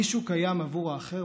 מישהו קיים עבור האחר,